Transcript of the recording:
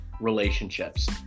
relationships